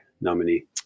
nominee